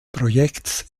projekts